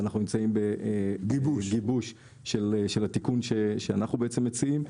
ואנחנו נמצאים בגיבוש של התיקון שאנחנו מציעים.